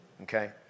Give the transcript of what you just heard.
Okay